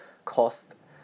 caused